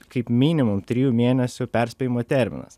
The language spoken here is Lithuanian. kaip minimum trijų mėnesių perspėjimo terminas